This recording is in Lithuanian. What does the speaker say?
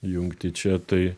jungtį čia tai